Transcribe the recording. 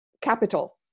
capital